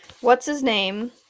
What's-his-name